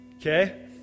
Okay